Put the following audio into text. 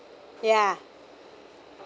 ya